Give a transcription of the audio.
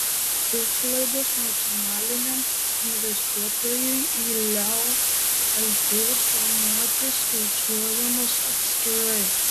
išlaidos nacionaliniam investuotojui į leo lt formuoti skaičiuojamos atskirai